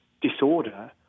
disorder